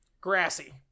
Grassy